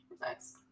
Nice